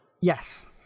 yes